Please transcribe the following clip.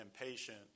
impatient